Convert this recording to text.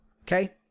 Okay